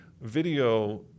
video